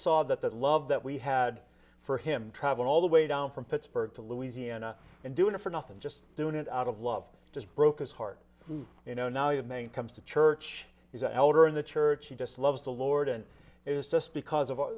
saw that the love that we had for him traveling all the way down from pittsburgh to louisiana and doing it for nothing just doing it out of love just broke his heart you know now you main comes to church he's an elder in the church he just loves the lord and it was just because of